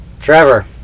Trevor